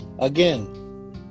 Again